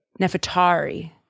Nefertari